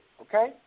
Okay